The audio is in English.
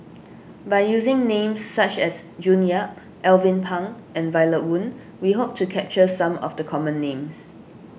by using names such as June Yap Alvin Pang and Violet Oon we hope to capture some of the common names